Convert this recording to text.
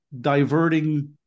diverting